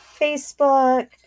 Facebook